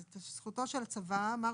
זו זכותו של הצבא אמרנו,